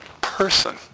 person